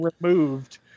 removed